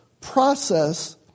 process